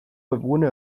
webgune